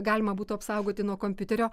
galima būtų apsaugoti nuo kompiuterio